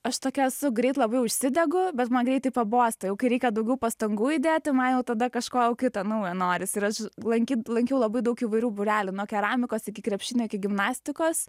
aš tokia esu greit labai užsidegu bet man greitai pabosta jau kai reikia daugiau pastangų įdėti man jau tada kažko jau kita nauja norisi ir aš lankyt lankiau labai daug įvairių būrelių nuo keramikos iki krepšinio iki gimnastikos